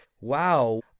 wow